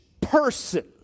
person